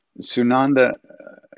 Sunanda